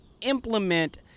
implement